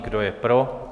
Kdo je pro?